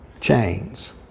chains